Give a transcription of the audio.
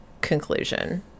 conclusion